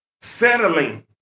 settling